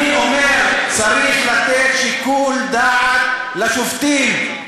אני אומר שצריך לתת שיקול דעת לשופטים.